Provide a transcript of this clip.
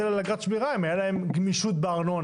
על אגרת שמירה אם הייתה להם גמישות בארנונה,